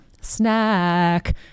Snack